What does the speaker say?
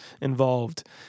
involved